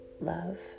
love